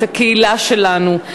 את הקהילה שלנו,